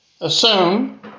assume